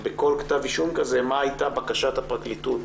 ובכל כתב אישום כזה, מה הייתה בקשת הפרקליטות